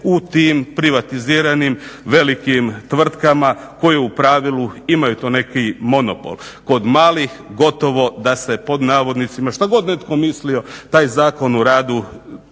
u tim privatiziranim velikim tvrtkama koje u pravilu imaju taj neki monopol. Kod malih gotovo da se pod navodnicima šta god netko mislio taj Zakon o radu